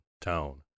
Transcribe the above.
town